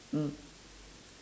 mm